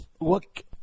look –